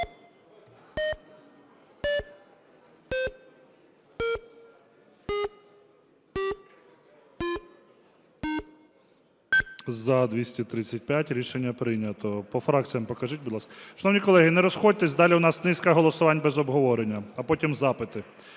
За-235 Рішення прийнято. По фракціях покажіть, будь ласка. Шановні колеги, не розходьтесь, далі у нас низка голосувань без обговорення, а потім запити.